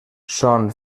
són